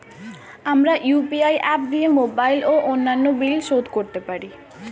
আমরা UPI app দিয়ে mobile ও অন্যান্য বিল শোধ করতে পারি